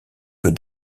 que